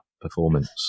performance